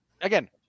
again